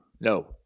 No